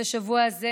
את השבוע הזה